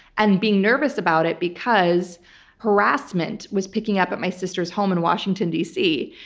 and being nervous about it because harassment was picking up at my sister's home in washington dc.